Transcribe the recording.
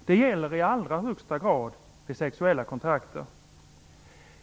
Detta gäller i allra högsta grad vid sexuella kontakter.